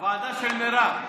הוועדה של מירב.